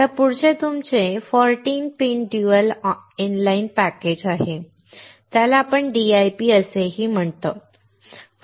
आता पुढचे तुमचे 14 पिन ड्युअल इनलाइन पॅकेज आहे त्याला DIP असेही म्हणतात